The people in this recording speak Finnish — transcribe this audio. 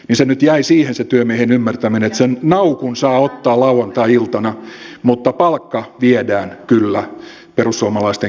se nyt jäi siihen se työmiehen ymmärtäminen että sen naukun saa ottaa lauantai iltana mutta palkka viedään kyllä perussuomalaistenkin toimesta